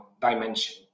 dimension